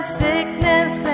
sickness